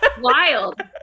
Wild